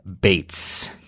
Bates